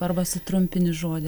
arba sutrumpini žodį